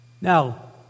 Now